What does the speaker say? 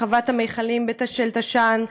חוות המכלים של תש"ן,